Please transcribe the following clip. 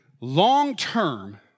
long-term